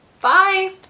bye